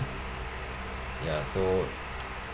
ya so